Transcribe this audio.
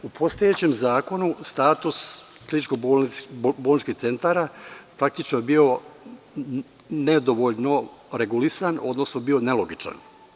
U postojećem Zakonu status kliničko-bolničkih centara praktično je bio nedovoljno regulisan, odnosno bio je nelogičan.